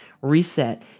reset